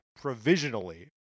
provisionally